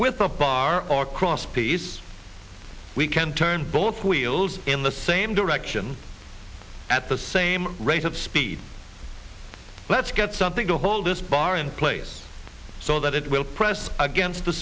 with a bar or cross piece we can turn both wheels in the same direction at the same rate of speed let's get something to hold this bar in place so that it will press against the